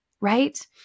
right